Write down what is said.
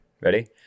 Ready